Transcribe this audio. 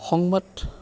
সংবাদ